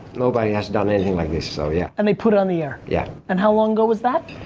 nobody has done anything like this. so yeah and they put it on the air? yeah. and how long ago was that?